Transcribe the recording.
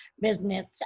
business